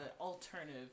alternative